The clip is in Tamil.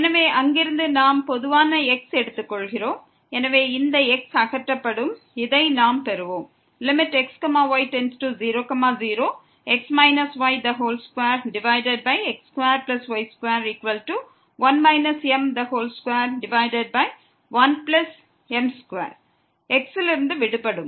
எனவே அங்கிருந்து நாம் பொதுவான xஐ எடுத்துக்கொள்கிறோம் எனவே இந்த x அகற்றப்படும் இதை நாம் பெறுவோம் x y2x2y2 1 m21m2 x லிருந்து விடுபடும்